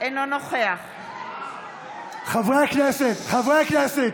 אינו נוכח חברי הכנסת, חברי הכנסת.